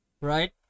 Right